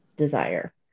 desire